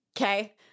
Okay